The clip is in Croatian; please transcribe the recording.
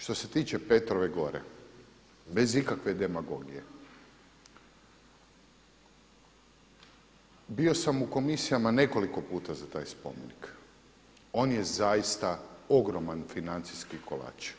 Što se tiče Petrove gore bez ikakve demagogije bio sam u komisijama nekoliko puta za taj spomenik, on je zaista ogroman financijski kolač.